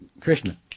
Krishna